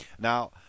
Now